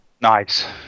Nice